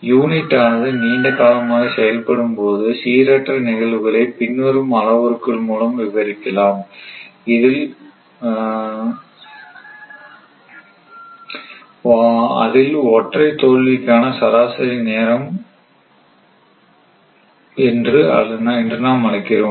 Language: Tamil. யூனிட் ஆனது நீண்ட காலமாக செயல்படும் போது சீரற்ற நிகழ்வுகளை பின்வரும் அளவுருக்கள் மூலம் விவரிக்கலாம் அதில் ஒன்றை தோல்விக்கான சராசரி நேரம் என்று நாம் அழைக்கிறோம்